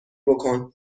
بکن